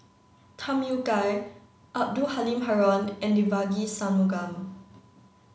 Tham Yui Kai Abdul Halim Haron and Devagi Sanmugam